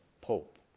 Pope